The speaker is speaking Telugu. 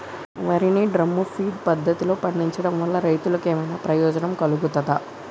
వరి ని డ్రమ్ము ఫీడ్ పద్ధతిలో పండించడం వల్ల రైతులకు ఏమన్నా ప్రయోజనం కలుగుతదా?